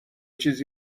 چیز